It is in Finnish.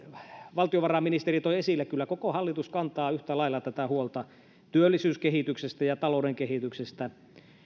valtiovarainministeri toi esille kyllä koko hallitus kantaa yhtä lailla tätä huolta työllisyyskehityksestä ja talouden kehityksestä